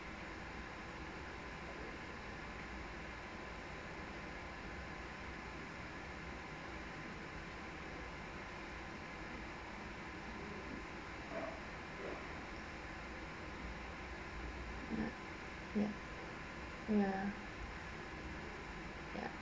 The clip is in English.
yup yup ya yup